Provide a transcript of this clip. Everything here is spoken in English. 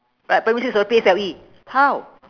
right primary six got the P_S_L_E how